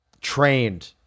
trained